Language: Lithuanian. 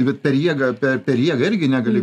bet per jėgą pe per jėgą irgi negali